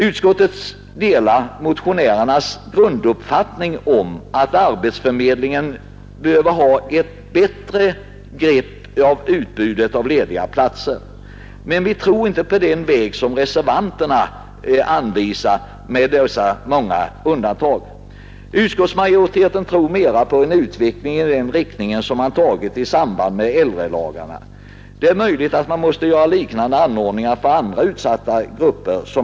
Utskottet delar motionärernas grunduppfattning att arbetsförmedlingen behöver ha ett bättre grepp om utbudet av lediga platser. Men vi tror inte på den väg som reservanterna anvisar med dessa många undantag. Utskottsmajoriteten tror mera på en utveckling i den riktning som man slagit in på i samband med äldrelagarna. Det är möjligt att man måste göra liknande anordningar för andra utsatta grupper.